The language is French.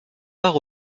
part